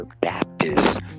Baptist